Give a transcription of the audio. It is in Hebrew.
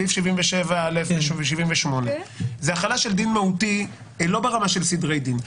סעיף 77א וסעיף 78. זו החלה של דין מהותי לא ברמה של סדרי דין.